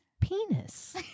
penis